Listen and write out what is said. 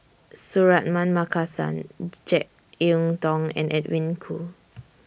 Suratman Markasan Jek Yeun Thong and Edwin Koo